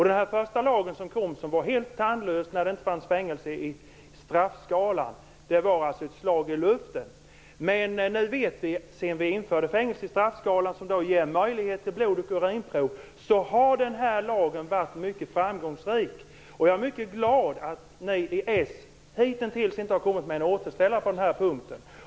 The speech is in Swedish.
Den första lagen som kom, som var helt tandlös när det inte fanns fängelse i straffskalan, var ett slag i luften. Men sedan vi införde fängelse i straffskalan, som ger möjlighet till blodoch urinprov, vet vi att lagen har varit mycket framgångsrik. Jag är mycket glad att Socialdemokraterna hitintills inte har kommit med en återställare på den punkten.